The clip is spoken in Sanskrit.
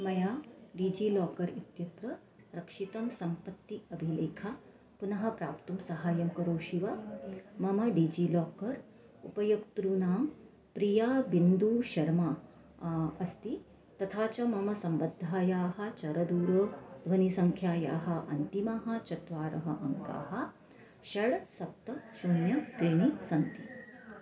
मया डिजिलाकर् इत्यत्र रक्षिता सम्पत्तिः अभिलेखा पुनः प्राप्तुं सहायं करोषि वा मम डिजिलाकर् उपयोक्तृणां प्रिया बिन्दूशर्मा अस्ति तथा च मम सम्बद्धायाः चरदूरध्वनिसङ्ख्यायाः अन्तिमः चत्वारः अङ्काः षड् सप्त शून्यं त्रीणि सन्ति